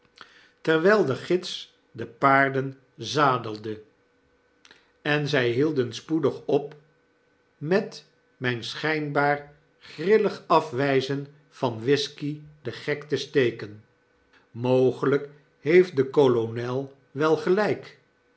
terwyl de gids de paarden zadelde en zij hielden spoedig op met mijn schijnbaar grillig afwyzen van whisky den gek te steken mogeiyk heeft de kolonel wel gelijk